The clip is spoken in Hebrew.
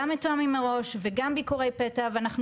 גם מתואמים מראש וגם ביקורי פתע ואנחנו